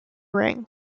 ring